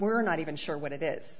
we're not even sure what it is